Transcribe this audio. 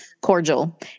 cordial